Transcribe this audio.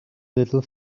little